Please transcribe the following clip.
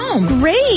Great